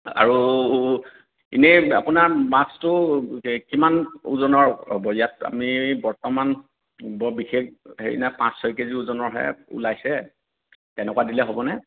আৰু ইনেই আপোনাৰ মাছটো কিমান ওজনৰ ল'ব ইয়াত আমি বৰ্তমান বৰ বিশেষ হেৰি নাই পাঁচ ছয় কেজি ওজনৰহে ওলাইছে তেনেকুৱা দিলে হ'বনে